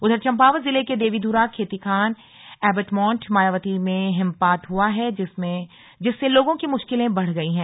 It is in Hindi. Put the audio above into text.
उधर चम्पावत जिले के देवीधुरा खेतीखान एबटमॉन्ट मायावती में हिमपात हुआ है जिससे लोगों की मुश्किलें बढ़ गई हैं